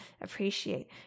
appreciate